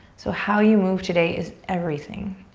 so how you move today is everything.